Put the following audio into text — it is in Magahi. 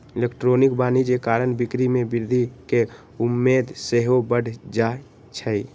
इलेक्ट्रॉनिक वाणिज्य कारण बिक्री में वृद्धि केँ उम्मेद सेहो बढ़ जाइ छइ